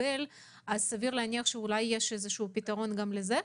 סביר להניח שיש פתרון גם לזה.